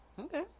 okay